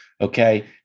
Okay